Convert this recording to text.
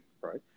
right